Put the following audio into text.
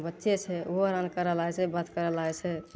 बच्चे छै ओहो हरान करऽ लागै छै बात करऽ लागै छै